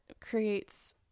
creates